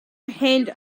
hand